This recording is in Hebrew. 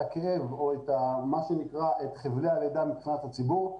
את הכאב או את מה שנקרא חבלי הלידה מבחינת הציבור.